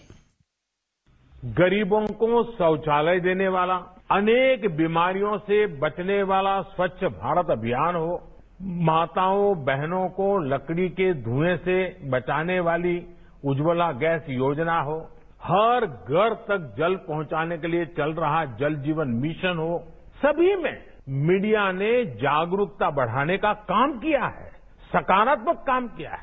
bite गरीबों को शौचालय देने वाला अनेक बीमारियों से बचने वाला स्वच्छ भारत अभियान हो माताओं बहनों को लकड़ी के धुरंए से बचाने वाली उज्ज्वला गैस योजना हो हर घर तक जल पहुंचाने के लिए चल रहा जल जीवन मिशन हो सभी में मीडिया ने जागरूकता बढ़ाने का काम किया है सकारात्मक काम किया है